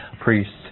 priests